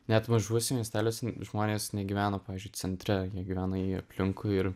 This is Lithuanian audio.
net mažuose miesteliuose žmonės negyvena pavyzdžiui centre gyvena jie aplinkui ir